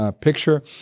picture